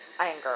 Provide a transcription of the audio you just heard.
anger